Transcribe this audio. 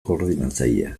koordinatzailea